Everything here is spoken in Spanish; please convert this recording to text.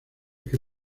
que